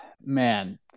Man